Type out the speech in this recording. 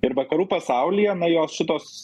ir vakarų pasaulyje na jos šitos